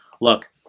Look